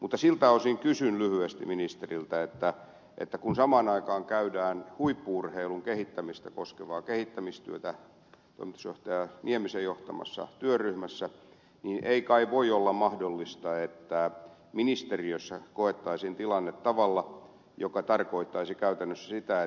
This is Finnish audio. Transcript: mutta siltä osin kysyn lyhyesti ministeriltä että kun samaan aikaan tehdään huippu urheilua koskevaa kehittämistyötä toimitusjohtaja niemisen johtamassa työryhmässä niin ei kai voi olla mahdollista että ministeriössä koettaisiin tilanne tavalla joka tarkoittaisi käytännössä sitä